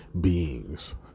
beings